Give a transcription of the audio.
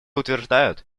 утверждают